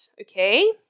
okay